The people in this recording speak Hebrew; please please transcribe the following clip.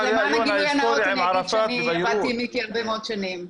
אז למען הגילוי הנאות אני אגיד שאני עבדתי עם מיקי הרבה מאוד שנים.